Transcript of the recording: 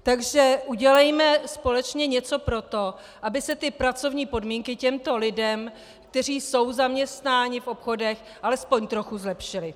Takže udělejme společně něco pro to, aby se pracovní podmínky těmto lidem, kteří jsou zaměstnáni v obchodech, alespoň trochu zlepšily.